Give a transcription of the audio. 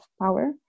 power